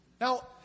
Now